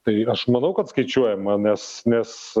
tai aš manau kad skaičiuojama nes nes